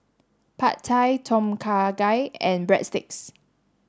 Pad Thai Tom Kha Gai and Breadsticks